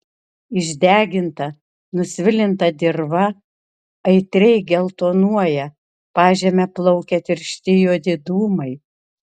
išdeginta nusvilinta dirva aitriai geltonuoja pažeme plaukia tiršti juodi dūmai